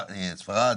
ספרד,